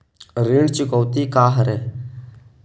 ऋण चुकौती का हरय?